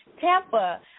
Tampa